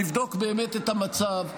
נבדוק באמת את המצב.